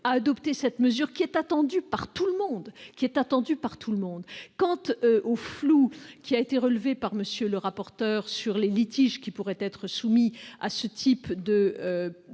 à adopter cette mesure, qui est attendue par tout le monde. Quant au flou relevé par M. le corapporteur au sujet des litiges qui pourraient être soumis à ce type de